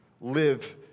live